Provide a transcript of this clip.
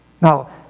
Now